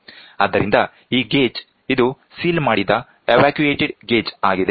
ಆದ್ದರಿಂದ ಈ ಗೇಜ್ ಇದು ಸೀಲ್ ಮಾಡಿದ ಎವ್ಯಾಕ್ಯೂಎಟೆಡ್ ಗೇಜ್ ಆಗಿದೆ